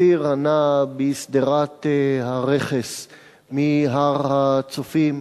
בציר הנע משדרת הרכס מהר-הצופים,